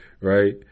Right